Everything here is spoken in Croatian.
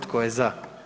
Tko je za?